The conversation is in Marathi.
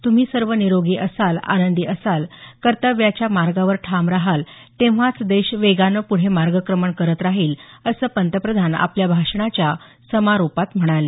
तुम्ही सर्व निरोगी असाल आनंदी असाल कर्तव्याच्या मार्गावर ठाम राहाल तेव्हाच देश वेगाने पुढे मार्गक्रमण करत राहील असं पंतप्रधान आपल्या भाषणाच्या समारोपात म्हणाले